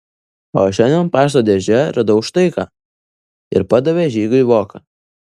o šiandien pašto dėžėje radau štai ką ir padavė žygiui voką